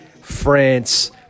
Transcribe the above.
France